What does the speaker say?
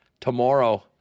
tomorrow